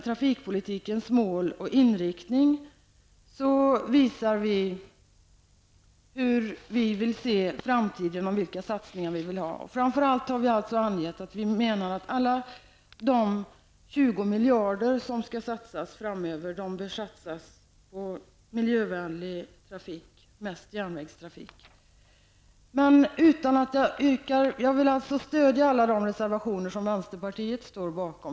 ''Trafikpolitikens mål och inriktning'' visar vi hur vi vill se framtiden och vilka satsningar vi vill göra. Framför allt har vi angett att vi menar att alla de 20 miljarder som skall satsas framöver bör satsas på miljövänlig trafik, mest järnvägstrafik. Jag stödjer alltså de reservationer som vänsterpartiet står bakom.